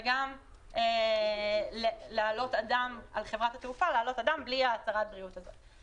וגם על חברת התעופה להעלות אדם בלי הצהרת הבריאות הזאת.